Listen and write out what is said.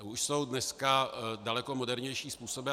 Už jsou dneska daleko modernější způsoby.